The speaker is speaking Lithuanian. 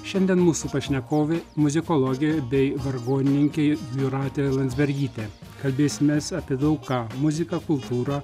šiandien mūsų pašnekovė muzikologė bei vargonininkė jūratė landsbergytė kalbėsimės apie daug ką muziką kultūrą